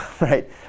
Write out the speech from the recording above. right